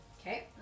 Okay